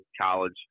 college